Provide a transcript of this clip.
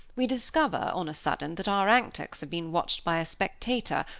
we discover on a sudden that our antics have been watched by a spectator,